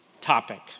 topic